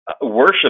worship